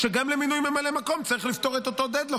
שגם למינוי ממלא מקום צריך לפתור את אותו dead lock,